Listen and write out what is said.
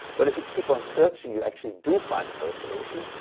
well if you keep on searching, you actually do find another solution,